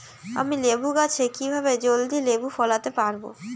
আমি লেবু গাছে কিভাবে জলদি লেবু ফলাতে পরাবো?